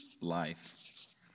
life